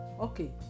Okay